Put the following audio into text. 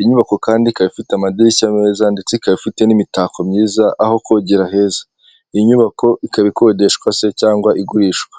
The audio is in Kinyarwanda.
inyubako kandi ikaba ifite amadirishya meza ndetse ikaba ifite n'imitako myiza aho kogera heza, inyubako ikaba ikodeshwa se cyangwa igurishwa.